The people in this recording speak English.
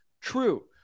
True